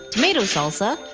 tomato salsa,